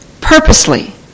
purposely